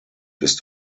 ist